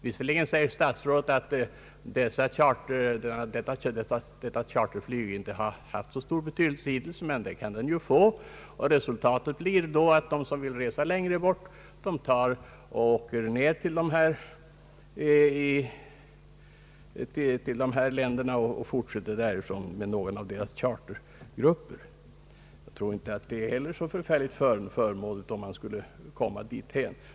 Visserligen säger statsrådet, att detta charterflyg inte har haft så stor betydelse hittills. Men det kan ju få stor betydelse. Resultatet blir då att de som vill resa längre bort reser till dessa länder och fortsätter därifrån med någon av deras chartergrupper. Jag tror inte det vore så förfärligt förmånligt, om vi skulle komma dithän.